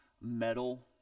metal